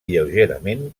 lleugerament